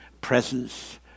presence